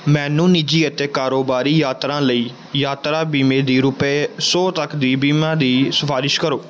ਮੈਨੂੰ ਨਿਜੀ ਅਤੇ ਕਾਰੋਬਾਰੀ ਯਾਤਰਾਵਾਂ ਲਈ ਯਾਤਰਾ ਬੀਮੇ ਦੀ ਰੁਪਏ ਸੌ ਤੱਕ ਦੀ ਬੀਮਾ ਦੀ ਸਿਫ਼ਾਰਿਸ਼ ਕਰੋ